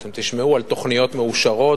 אתם תשמעו על תוכניות מאושרות,